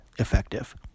effective